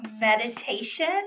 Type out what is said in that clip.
meditation